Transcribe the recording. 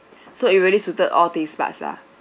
so it really suited all taste buds ah